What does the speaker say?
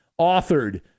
authored